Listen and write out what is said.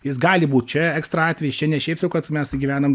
jis gali būt čia ekstra atvejis čia ne šiaip sau kad mes gyvenam